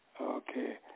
Okay